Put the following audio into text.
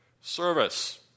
service